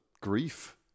grief